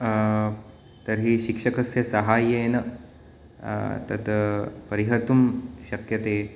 तर्हि शिक्षकस्य सहाय्येन तत् परिहर्तुं शक्यते